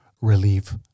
relief